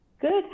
Good